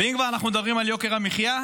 ואם כבר אנחנו מדברים על יוקר המחיה,